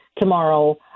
tomorrow